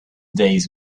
days